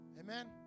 Amen